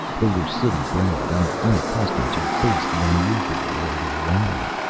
they were city-bred, and unaccustomed to face the unusual or the alarming.